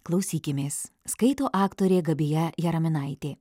klausykimės skaito aktorė gabija jaraminaitė